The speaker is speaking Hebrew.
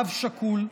אב שכול,